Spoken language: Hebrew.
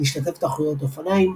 להשתתף בתחרויות אופניים,